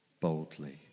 boldly